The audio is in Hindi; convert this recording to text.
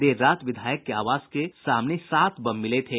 देर रात विधायक के आवास के सामने सात बम मिले थे